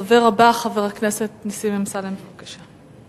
הדובר הבא, חבר כנסת חיים אמסלם, בבקשה.